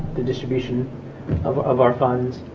the distribution of of our funds